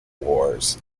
wars